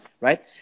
right